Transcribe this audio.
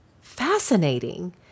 Fascinating